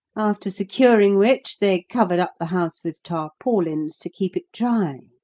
after securing which they covered up the house with tarpaulins, to keep it dry.